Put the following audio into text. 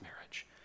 marriage